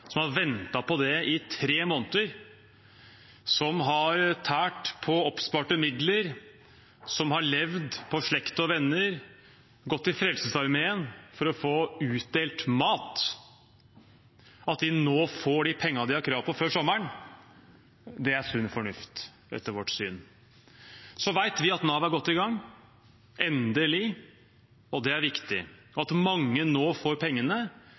som har ventet på det i tre måneder, som har tært på oppsparte midler, som har levd på slekt og venner, gått til Frelsesarmeen for å få utdelt mat, nå får de pengene de har krav på, før sommeren. Det er sunn fornuft etter vårt syn. Så vet vi at Nav er godt i gang, endelig, og det er viktig, og at mange nå får pengene